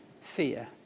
fear